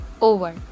over